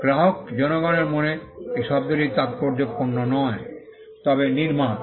গ্রাহক জনগণের মনে এই শব্দটির প্রাথমিক তাত্পর্য পণ্য নয় তবে নির্মাতা